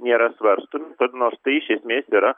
nėra svarstomi kad nors tai iš esmės yra